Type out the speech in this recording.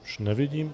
Už nevidím.